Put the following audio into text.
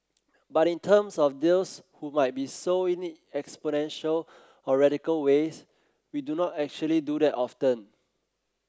but in terms of those who might be so in exponential or radical ways we do not actually do that often